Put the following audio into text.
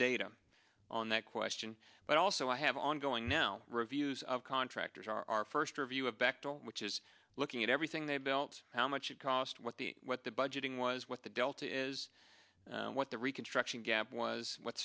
data on that question but also i have ongoing now reviews of contractors are our first review of bechdel which is looking at everything they built how much it cost what the what the budgeting was what the delta is and what the reconstruction gap was what